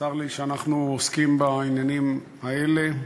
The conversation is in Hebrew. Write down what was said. צר לי שאנחנו עוסקים בעניינים האלה.